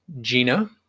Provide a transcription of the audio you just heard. Gina